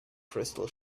crystal